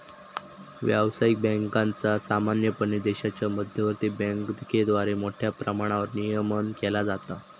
व्यावसायिक बँकांचा सामान्यपणे देशाच्या मध्यवर्ती बँकेद्वारा मोठ्या प्रमाणावर नियमन केला जाता